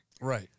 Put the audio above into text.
Right